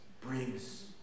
brings